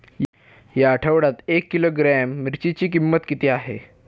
या आठवड्यात एक किलोग्रॅम मिरचीची किंमत किती आहे?